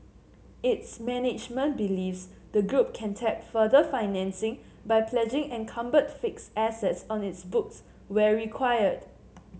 its management believes the group can tap further financing by pledging encumbered fixed assets on its books where required